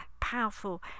powerful